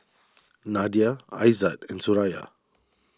Nadia Aizat and Suraya